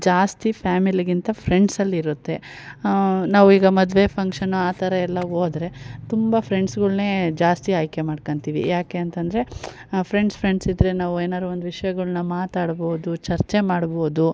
ಜಾಸ್ತಿ ಫ್ಯಾಮಿಲಿಗಿಂತ ಫ್ರೆಂಡ್ಸ್ ಅಲ್ಲಿರುತ್ತೆ ನಾವು ಈಗ ಮದುವೆ ಫಂಕ್ಷನ್ ಆ ಥರ ಎಲ್ಲ ಹೋದ್ರೆ ತುಂಬ ಫ್ರೆಂಡ್ಸ್ಗಳ್ನೆ ಜಾಸ್ತಿ ಆಯ್ಕೆ ಮಾಡ್ಕೊಂತಿವಿ ಯಾಕೆ ಅಂತಂದರೆ ಫ್ರೆಂಡ್ಸ್ ಫ್ರೆಂಡ್ಸ್ ಇದ್ರೆ ನಾವು ಏನಾರು ಒಂದು ವಿಷಯಗಳ್ನ ಮಾತಾಡ್ಬೌದು ಚರ್ಚೆ ಮಾಡ್ಬೌದು